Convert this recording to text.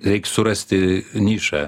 reik surasti nišą